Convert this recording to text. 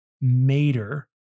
Mater